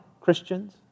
Christians